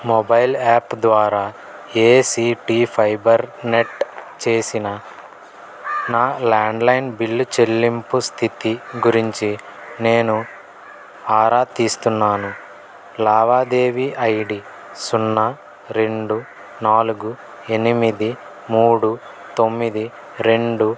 mobile app ద్వారా ACT Fibernet చేసిన నా ల్యాండ్లైన్ బిల్లు చెల్లింపు స్దితి గురించి నేను ఆరా తీస్తున్నాను లావాదేవి ఐడి సున్నా రెండు నాలుగు ఎనిమిది మూడు తొమ్మిది రెండు